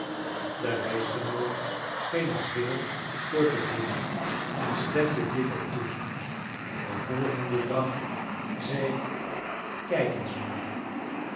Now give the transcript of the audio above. de reisgenoot scheen er veel voor te voelen en stemde dit ook toe den volgenden dag zei ik kijk eens moeder